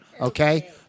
okay